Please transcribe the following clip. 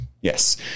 Yes